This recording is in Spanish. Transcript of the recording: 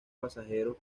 pasajeros